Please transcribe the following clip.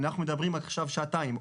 אנחנו מדברים עכשיו שעתיים,